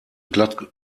glatt